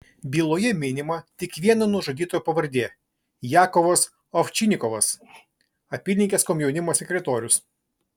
byloje minima tik vieno nužudytojo pavardė jakovas ovčinikovas apylinkės komjaunimo sekretorius